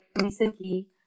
recently